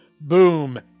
boom